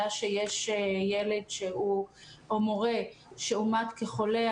יודעים שיש בו ילד או מורה שאומתו כחולים,